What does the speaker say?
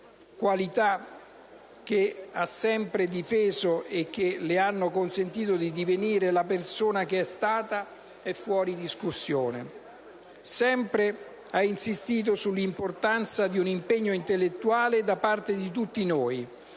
qualità che ha sempre difeso e che le ha consentito di divenire la persona che è stata - sono fuori discussione. Sempre ha insistito sull'importanza di un impegno intellettuale da parte di tutti noi;